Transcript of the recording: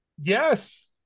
yes